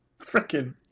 Frickin